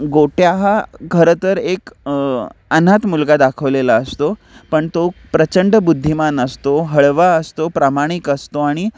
गोट्या हा खरं तर एक अनाथ मुलगा दाखवलेला असतो पण तो प्रचंड बुद्धिमान असतो हळवा असतो प्रामाणिक असतो आणि